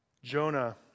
Jonah